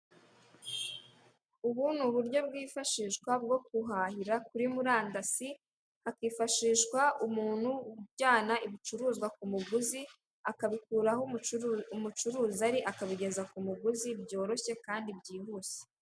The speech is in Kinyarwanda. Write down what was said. Ubu ni uburyo bwifashishwa bwo guhahira kuri murandasi, hakifashishwa umuntu ujyana ibicuruzwa ku muguzi, akabikura aho umucuruzi ari akabigeza ku muguzi byoroshye kandi byihuse.